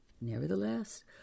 Nevertheless